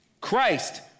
Christ